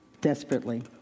desperately